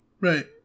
Right